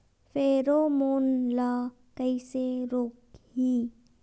Pheromone ला कइसे रोकही?